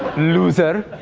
loser.